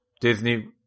Disney